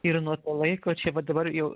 ir nuo to laiko čia va dabar jau